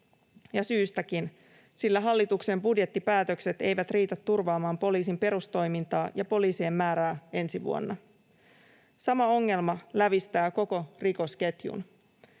syystäkin, sillä hallituksen budjettipäätökset eivät riitä turvaamaan poliisin perustoimintaa ja poliisien määrää ensi vuonna. Sama ongelma lävistää koko rikosketjun.